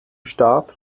start